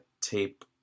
tape